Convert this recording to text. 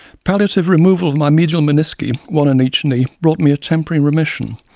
palliative removal of my medial menisci, one in each knee, bought me a temporary remission,